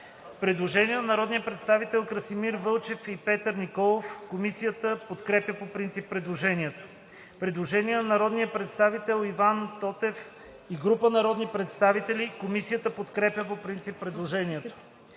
Предложение на народния представител Красимир Вълчев и Петър Николов. Комисията подкрепя по принцип предложението. Предложение на народния представител Иван Тотев и група народни представители. Комисията подкрепя по принцип предложението.